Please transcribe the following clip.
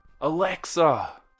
Alexa